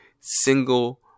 single